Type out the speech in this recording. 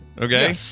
Okay